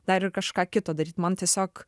dar ir kažką kito daryt man tiesiog